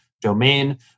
domain